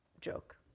joke